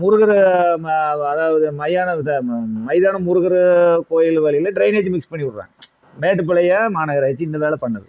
முருகரு ம அதாவது மையான மைதானம் முருகர் கோயில் வரையில் டிரைனேஜ் மிக்ஸ் பண்ணி விட்றாங்க மேட்டுப்பாளையம் மாநகராட்சி இந்த வேலை பண்ணுது